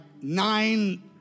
nine